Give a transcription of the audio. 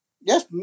Yes